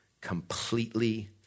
completely